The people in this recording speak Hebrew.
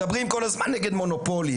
מדברים כל הזמן נגד מונופולים,